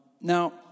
Now